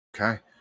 Okay